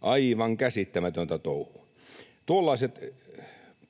Aivan käsittämätöntä touhua. Tuollaiset